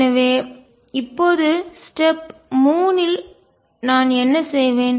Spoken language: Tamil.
எனவே இப்போது ஸ்டெப் படி 3 இல் நான் என்ன செய்வேன்